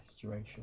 duration